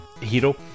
Hero